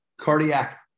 cardiac